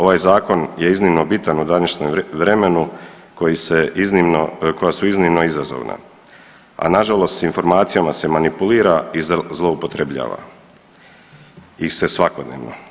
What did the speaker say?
Ovaj zakon je iznimno bitan u današnjem vremenu koji se iznimno, koja su iznimno izazovna, a nažalost s informacijama se manipulira i zloupotrebljava ih se svakodnevno.